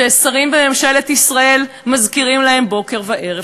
ששרים בממשלת ישראל מזכירים להם בוקר וערב,